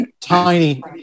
tiny